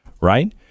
Right